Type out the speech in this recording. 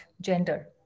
gender